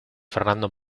fernando